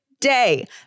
day